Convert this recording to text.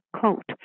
coat